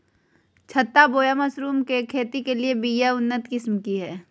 छत्ता बोया मशरूम के खेती के लिए बिया के उन्नत किस्म की हैं?